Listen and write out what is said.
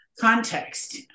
context